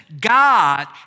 God